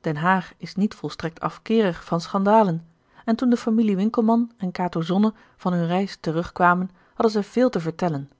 den haag is niet volstrekt afkeerig van schandalen en toen de familie winkelman en kato zonne van hunne reis terug kwamen hadden zij veel te vertellen